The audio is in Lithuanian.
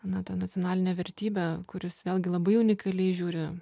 na tą nacionalinę vertybę kuris vėlgi labai unikaliai žiūri